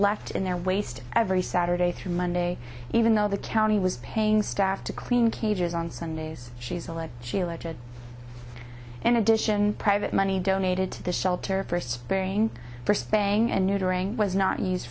left in their waste every saturday through monday even though the county was paying staff to clean cages on sundays she's alive she alleges in addition private money donated to the shelter for spearing for spang and neutering was not use